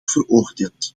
veroordeeld